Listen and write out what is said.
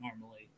normally